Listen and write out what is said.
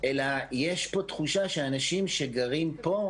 אלא יש פה תחושה שאנשים שגרים פה,